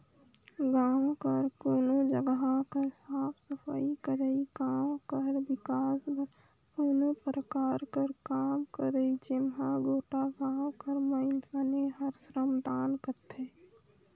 गाँव कर कोनो जगहा कर साफ सफई करई, गाँव कर बिकास बर कोनो परकार कर काम करई जेम्हां गोटा गाँव कर मइनसे हर श्रमदान करथे